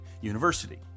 University